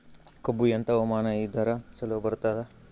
ಕಬ್ಬು ಎಂಥಾ ಹವಾಮಾನ ಇದರ ಚಲೋ ಬರತ್ತಾದ?